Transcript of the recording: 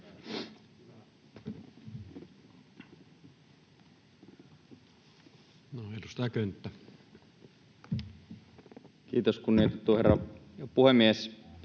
Kiitos, kunnioitettu herra puhemies!